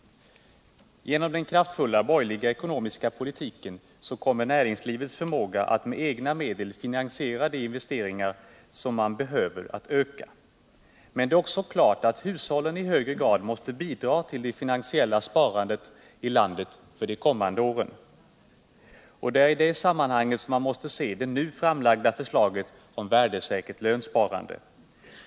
Genom den kraftfulla borgerliga ekonomiska politiken kommer näringslivets förmåga att med egna medel finansiera de investeringar som man behöver att öka. Men det är också klart att hushållen i högre grad måste bidra till det finansiella sparandet i landet för de kommande åren. Det är i det sammanhanget man måste se det nu framlagda förslaget om värdesäkert lönsparande.